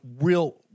real